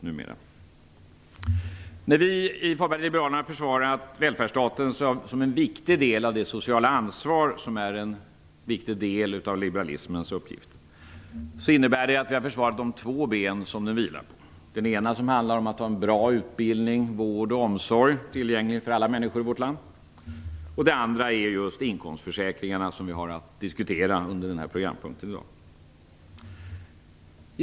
När vi i Folkpartiet liberalerna har försvarat välfärdsstaten som en del av det sociala ansvar som är ett viktigt inslag i liberalismens uppgift, innebär det att vi har försvarat de två ben som välfärdsstaten vilar på. Det ena handlar om att det skall finnas en bra utbildning, vård och omsorg tillgänglig för alla människor i vårt land. Det andra gäller inkomstförsäkringarna som vi har att diskutera i dag under denna programpunkt.